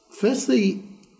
Firstly